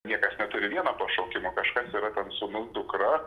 niekas neturi vieno pašaukimo kažkas yra ten sūnus dukra